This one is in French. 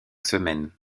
semaines